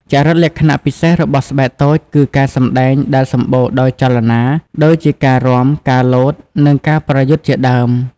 ចរិតលក្ខណៈពិសេសរបស់ស្បែកតូចគឺការសម្ដែងដែលសម្បូរដោយចលនា ដូចជាការរាំ ការលោត និងការប្រយុទ្ធជាដើម។